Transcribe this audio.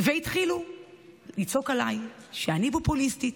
והתחילו לצעוק עליי שאני פופוליסטית.